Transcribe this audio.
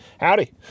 Howdy